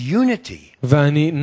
unity